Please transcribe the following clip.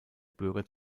bürger